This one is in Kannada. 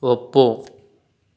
ಒಪ್ಪು